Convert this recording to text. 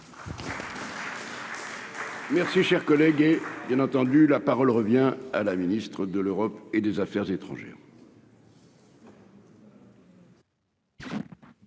Merci, cher collègue, et bien entendu la parole revient à la ministre de l'Europe et des Affaires étrangères.